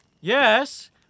Yes